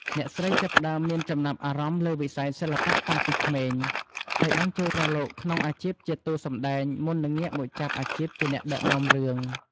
អ្នកស្រីចាប់ផ្ដើមមានចំណាប់អារម្មណ៍លើវិស័យសិល្បៈតាំងពីក្មេង ហើយបានចូលប្រឡូកក្នុងអាជីពជាតួសម្តែងមុននឹងងាកមកចាប់អាជីពជាអ្នកដឹកនាំរឿង។